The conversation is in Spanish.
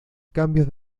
cambios